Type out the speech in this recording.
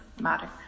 matter